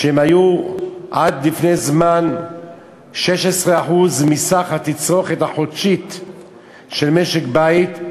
שהם היו עד לפני זמן 16% מסך התצרוכת החודשית של משק-בית.